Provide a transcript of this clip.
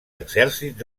exèrcits